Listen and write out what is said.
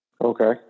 Okay